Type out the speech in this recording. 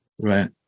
Right